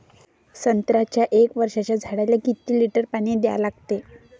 संत्र्याच्या एक वर्षाच्या झाडाले किती लिटर पाणी द्या लागते?